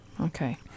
Okay